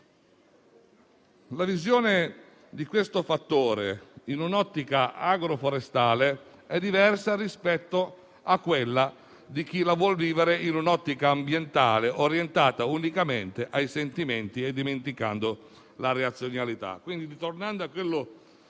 La visione di questo fattore in un'ottica agro-forestale è diversa rispetto a quella di chi la vuole vivere in una ambientale, orientata unicamente ai sentimenti e dimenticando la razionalità.